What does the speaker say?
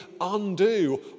undo